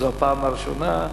זו הפעם הראשונה,